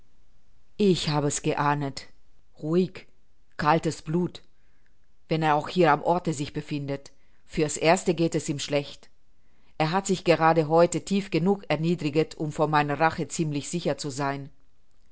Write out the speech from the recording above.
ich hab es geahnet ruhig kaltes blut wenn er auch hier am orte sich befindet für's erste geht es ihm schlecht er hat sich gerade heute tief genug erniedriget um vor meiner rache ziemlich sicher zu sein